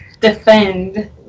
defend